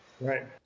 Right